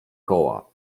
koła